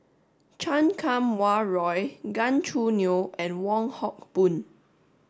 Chan Kum Wah Roy Gan Choo Neo and Wong Hock Boon